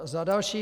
Za další.